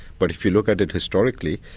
but if you look at it historically.